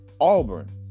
Auburn